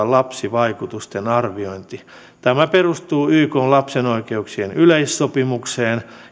lapsivaikutusten arviointi tämä perustuu ykn lapsen oikeuksien yleissopimukseen